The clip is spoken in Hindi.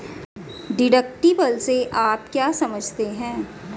डिडक्टिबल से आप क्या समझते हैं?